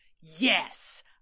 yes